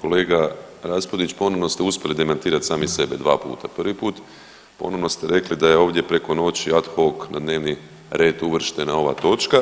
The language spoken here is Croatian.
Kolega Raspudić, ponovno ste uspjeli demantirat sami sebe dva puta, prvi put ponovno ste rekli da je ovdje preko noći ad hoc na dnevni red uvrštena ova točka,